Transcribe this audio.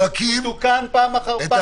תוקן פעם אחר פעם.